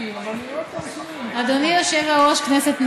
אדוני היושב-ראש, כנסת נכבדה,